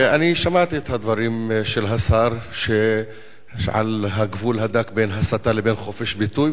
אני שמעתי את הדברים של השר על הגבול הדק בין הסתה לבין חופש ביטוי,